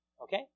okay